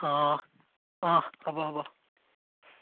অঁ অঁ হ'ব হ'ব